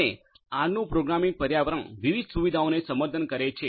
અને આરનું પ્રોગ્રામિંગ પર્યાવરણ વિવિધ સુવિધાઓને સમર્થન કરે છે